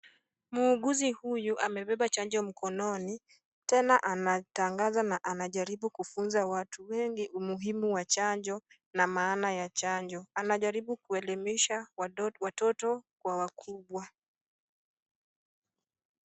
Muuguzi huyu amebeba chanjo mkononi, tena anatangaza na anajaribu kufunza watu umuhimu wa chanjo, na maana ya chanjo. Anajaribu kuelimisha watoto kwa wakubwa.